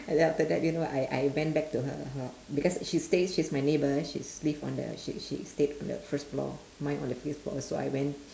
and then after that you know I I went back to her her because she stays she's my neighbour she's live on the she she stayed on the first floor mine on the fifth floor so I went